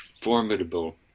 formidable